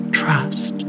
trust